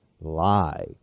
lie